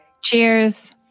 Cheers